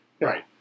Right